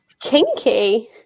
kinky